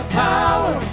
power